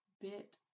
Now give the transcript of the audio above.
bit